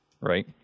right